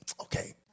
okay